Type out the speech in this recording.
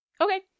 okay